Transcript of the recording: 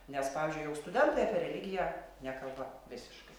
nes pavyzdžiui jau studentai apie religiją nekalba visiškai